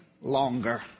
longer